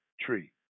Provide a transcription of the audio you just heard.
tree